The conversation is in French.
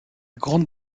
grande